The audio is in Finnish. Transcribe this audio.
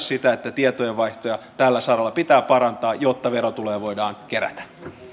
sitä että tietojenvaihtoa tällä saralla pitää parantaa jotta verotuloja voidaan kerätä